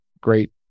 great